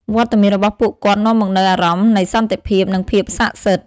វត្តមានរបស់ពួកគាត់នាំមកនូវអារម្មណ៍នៃសន្តិភាព និងភាពស័ក្តិសិទ្ធិ។